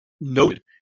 noted